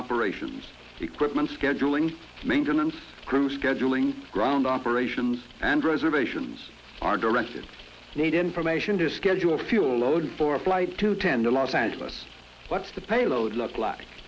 operations equipment scheduling maintenance crew scheduling ground operations and reservations are directed need information to schedule fuel on for a flight to tend to los angeles what's the payload look